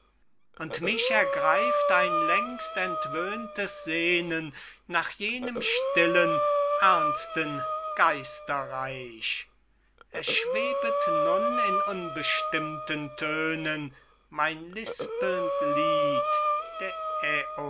und mich ergreift ein längst entwöhntes sehnen nach jenem stillen ernsten geisterreich es schwebet nun in unbestimmten tönen mein lispelnd lied der